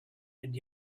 and